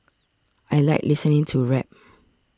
I like listening to rap